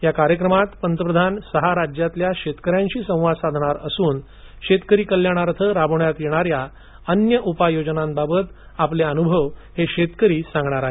या कार्यक्रमात पंतप्रधान सहा राज्यातल्या शेतकऱ्यांशी संवाद साधणार असून शेतकरी कल्याणार्थ राबवण्यात येणाऱ्या अन्य उपाय योजनांबाबत आपले अनुभव हे शेतकरी सांगणार आहेत